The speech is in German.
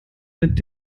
mit